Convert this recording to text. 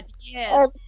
yes